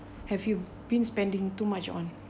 have you been spending too much on